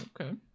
okay